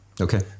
Okay